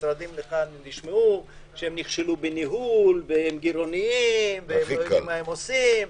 משרדים שהם נכשלו בניהול והם גירעוניים והם לא יודעים מה הם עושים,